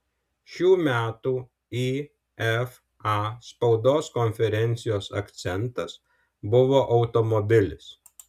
šių metų ifa spaudos konferencijos akcentas buvo automobilis